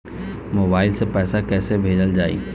Mobile से पैसा कैसे भेजल जाइ?